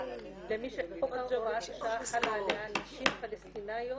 למי ש- -- נשים פלשתינאיות,